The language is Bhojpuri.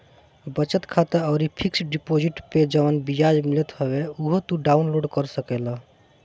बचत खाता अउरी फिक्स डिपोजिट पअ जवन बियाज मिलत हवे उहो तू डाउन लोड कर सकेला